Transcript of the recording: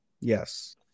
Yes